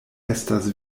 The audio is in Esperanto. estas